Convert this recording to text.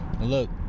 look